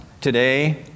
today